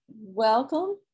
welcome